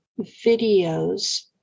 videos